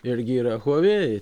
irgi yra huavei